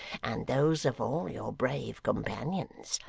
and those of all your brave companions.